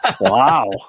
Wow